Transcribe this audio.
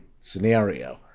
scenario